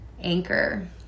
anchor